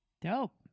Dope